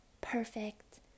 perfect